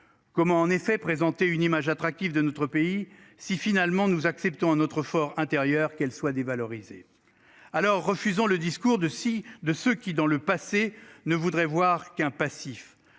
Comment en effet présenter une image attractive de notre pays si finalement nous acceptons à notre for intérieur qu'elles soient dévalorisés alors refusant le discours de ci, de ceux qui dans le passé ne voudrait voir qu'un passif